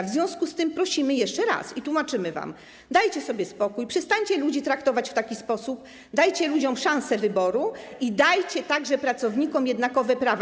W związku z tym prosimy jeszcze raz i tłumaczymy wam: dajcie sobie spokój, przestańcie ludzi traktować w taki sposób, dajcie ludziom szansę wyboru i także dajcie pracownikom jednakowe prawa.